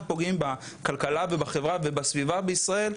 פוגעים בכלכלה ובחברה ובסביבה בישראל,